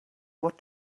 what